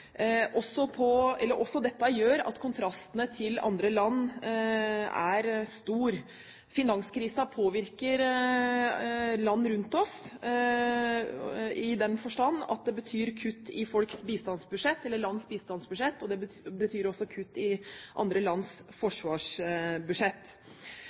også at kontrastene til andre land er store. Finanskrisen påvirker land rundt oss i den forstand at det betyr kutt i landenes bistandsbudsjett, og det betyr også kutt i andre lands